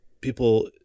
people